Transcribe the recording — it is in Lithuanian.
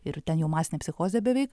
ir ten jau masinė psichozė beveik